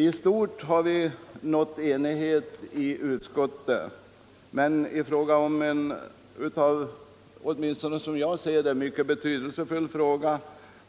I stort har vi nått enighet i utskottet, men i en, åtminstone som jag ser det, mycket betydelsefull fråga